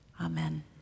Amen